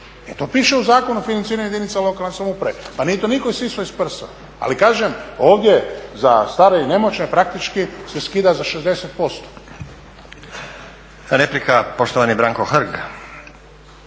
to piše u Zakonu o financiranju jedinice lokalne samouprave. Pa nije to nitko isisao iz prsa. Ali kažem ovdje za stare i nemoćne praktički se skida za 60%. **Stazić, Nenad (SDP)** Replika, poštovani Branko Hrg.